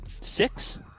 six